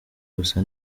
gusa